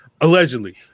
allegedly